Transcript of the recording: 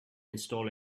install